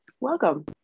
welcome